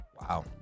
Wow